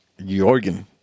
Jorgen